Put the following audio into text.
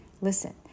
listen